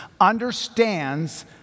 understands